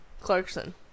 Clarkson